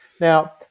Now